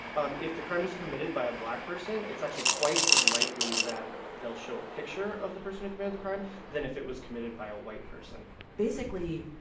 um if the crime is committed by a black person, it's actually twice as likely that they'll show a picture of the person who committed the crime than if it was committed by a white person basically,